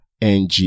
NG